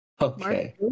okay